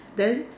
then